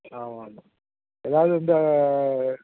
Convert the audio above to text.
ஆமாம் எதாவது இந்த